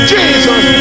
Jesus